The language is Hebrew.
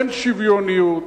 אין שוויוניות,